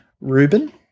Ruben